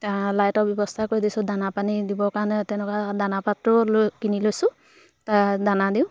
তা লাইটৰ ব্যৱস্থা কৰি দিছোঁ দানা পানী দিবৰ কাৰণে তেনেকুৱা দানা পাত্ৰও লৈ কিনি লৈছোঁ তাত দানা দিওঁ